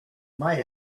might